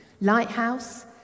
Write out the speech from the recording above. Lighthouse